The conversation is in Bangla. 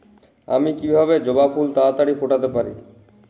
আমি কিভাবে জবা ফুল তাড়াতাড়ি ফোটাতে পারি?